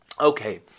Okay